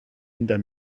hinter